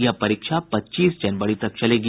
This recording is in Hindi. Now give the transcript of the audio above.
यह परीक्षा पच्चीस जनवरी तक चलेगी